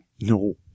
No